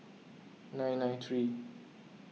nine nine three